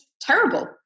terrible